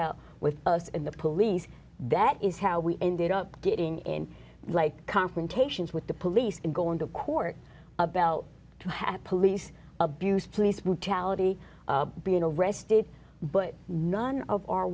out with us and the police that is how we ended up getting in like confrontations with the police and going to court about to have police abuse police brutality being arrested but none of our